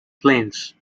plains